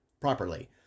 properly